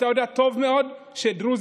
אתה יודע טוב מאוד שדרוזים,